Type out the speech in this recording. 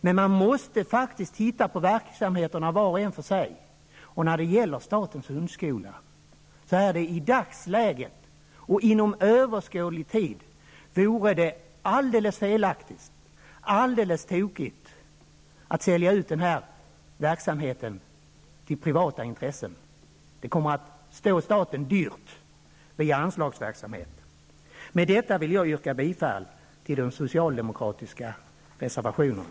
Man måste faktiskt titta på verksamheterna var och en för sig. När det gäller statens hundskola vore det i dagsläget och inom överskådlig tid alldeles tokigt att sälja ut verksamheten till privata intressen. Det kommer att stå staten dyrt via anslagsverksamhet. Med detta vill jag yrka bifall till de socialdemokratiska reservationerna.